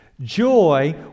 Joy